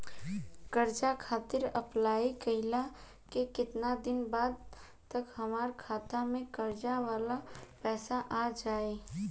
कर्जा खातिर अप्लाई कईला के केतना दिन बाद तक हमरा खाता मे कर्जा वाला पैसा आ जायी?